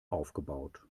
aufgebaut